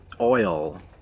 oil